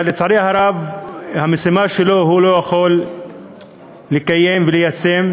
אבל לצערי הרב את המשימה שלו הוא לא יכול לקיים וליישם.